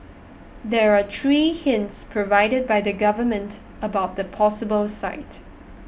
there were three hints provided by the government about the possible site